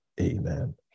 amen